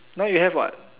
now you have what